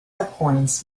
appoints